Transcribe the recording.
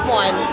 one